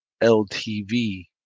ltv